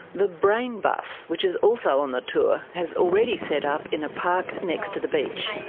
the brain bus, which is also on the tour, has already set up in a park next to the beach.